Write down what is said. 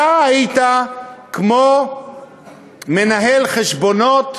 אתה היית כמו מנהל חשבונות,